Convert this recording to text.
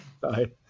Bye